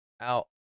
out